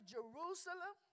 Jerusalem